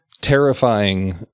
terrifying